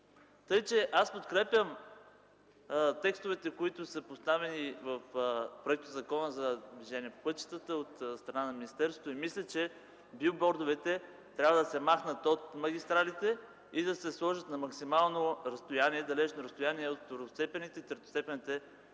пътна мрежа. Подкрепям текстовете, поставени в Законопроекта за движение по пътищата от страна на министерството. Мисля, че билбордовете трябва да се махнат от магистралите и да се сложат на максимално далечно разстояние от второстепенните и третостепенните